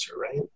right